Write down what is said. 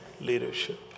leadership